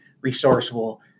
resourceful